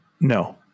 No